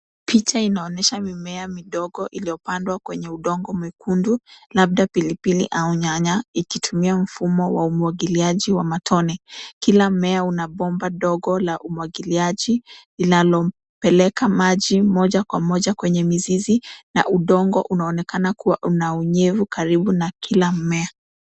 Picha inaonyesha mimea midogo iliyopandwa kwenye udongo mwekundu labda pilipili au nyanya ikitumia mfumo wa umwagiliaji wa matone. Kila mmea una bomba ndogo la umwagiliaji; linalopeleka maji moja kwa moja kwenye mizizi na udongo unaonekana kuwa una unyevu karibu na kila mmea.